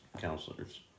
counselors